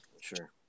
Sure